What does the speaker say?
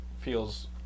feels